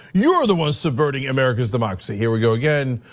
you are the one subverting america's democracy. here we go again,